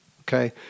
okay